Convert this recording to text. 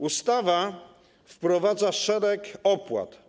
Ustawa wprowadza szereg opłat.